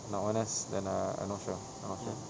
nak honest then err I'm not sure I'm not sure